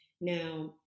Now